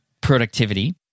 productivity